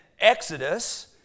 Exodus